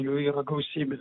jų yra gausybė